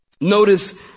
Notice